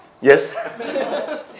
Yes